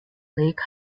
lake